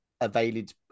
available